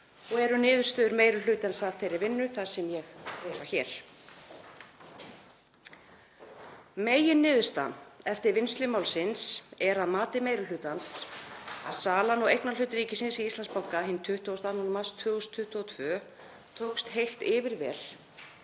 og eru niðurstöður meiri hlutans af þeirri vinnu það sem ég reifa hér. Meginniðurstaðan eftir vinnslu málsins er að mati meiri hlutans að salan á eignarhlut ríkisins í Íslandsbanka hinn 22. mars 2022 tókst heilt yfir vel